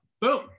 boom